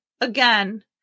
again